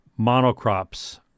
monocrops